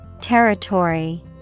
Territory